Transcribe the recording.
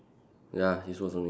ya his words only